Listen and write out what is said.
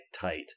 tight